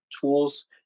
tools